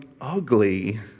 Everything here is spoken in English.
ugly